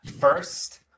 first